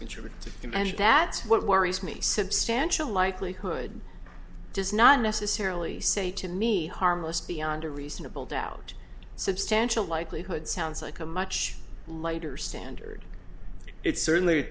and that's what worries me substantial likelihood does not necessarily say to me harmless beyond a reasonable doubt substantial likelihood sounds like a much lighter standard it's certainly a